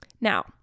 Now